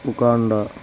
Uganda